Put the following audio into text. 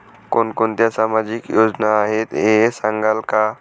कोणकोणत्या सामाजिक योजना आहेत हे सांगाल का?